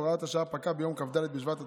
הוראת השעה פקעה ביום כ"ד בשבט התשפ"ג,